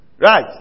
Right